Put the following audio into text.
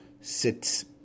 sits